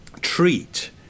treat